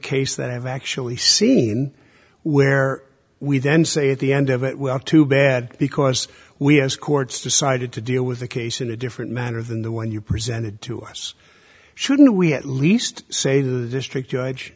case that i've actually seen where we then say at the end of it well too bad because we as courts decided to deal with the case in a different manner than the one you presented to us shouldn't we at least say to the district judge